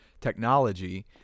technology